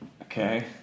Okay